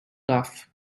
calf